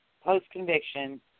post-conviction